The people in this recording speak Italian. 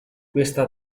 questa